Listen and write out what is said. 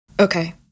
Okay